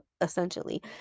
essentially